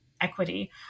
equity